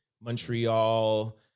Montreal